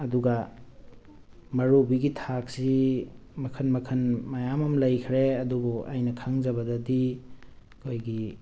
ꯑꯗꯨꯒ ꯃꯧꯔꯨꯕꯤꯒꯤ ꯊꯥꯛꯁꯤ ꯃꯈꯟ ꯃꯈꯟ ꯃꯌꯥꯝ ꯑꯃ ꯂꯩꯈ꯭ꯔꯦ ꯑꯗꯨꯕꯨ ꯑꯩꯅ ꯈꯪꯖꯕꯗꯗꯤ ꯑꯩꯈꯣꯏꯒꯤ